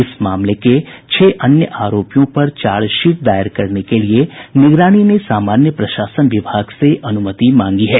इस मामले के छह अन्य आरोपियों पर चार्ज शीट दायर करने के लिए निगरानी ने सामान्य प्रशासन विभाग से अनुमति मांगी है